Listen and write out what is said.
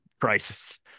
Crisis